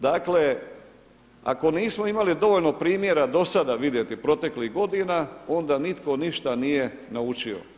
Dakle ako nismo imali dovoljno primjera do sada vidjeti proteklih godina onda nitko ništa nije naučio.